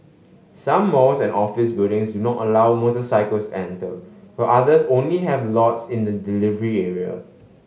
some malls and office buildings do not allow motorcycles enter while others only have lots in the delivery area